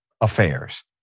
Affairs